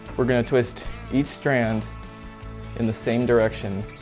we're going to twist each strand in the same direction,